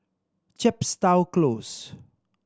Chepstow Close